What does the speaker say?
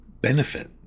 Benefit